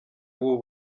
w’u